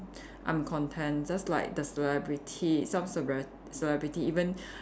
I'm content just like the celebrity some celeb~ celebrity even